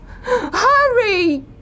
Hurry